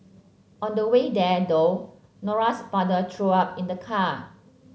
on the way there though Nora's father threw up in the car